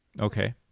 okay